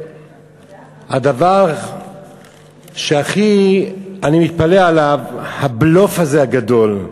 הדבר שהכי אני מתפלא עליו: הבלוף הזה, הגדול,